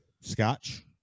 Scotch